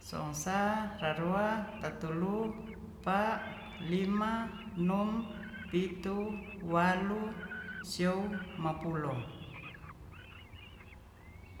So'sa rarua tatulu pa lima nom pitu walu siao mapulo